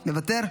מוותר,